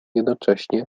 jednocześnie